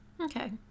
Okay